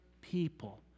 people